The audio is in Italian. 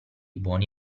buoni